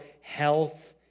health